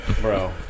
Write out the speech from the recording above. bro